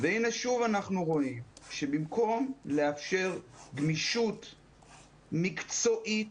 והנה שוב אנחנו רואים שבמקום לאפשר גמישות מקצועית,